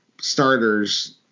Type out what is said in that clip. starters